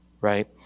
right